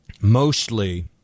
mostly